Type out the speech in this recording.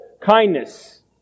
kindness